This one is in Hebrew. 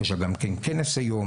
יש לה גם כן כנס היום,